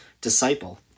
disciple